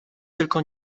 tylko